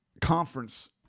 conference